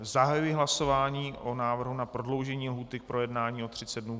Zahajuji hlasování o návrhu na prodloužení lhůty k projednání o 30 dnů.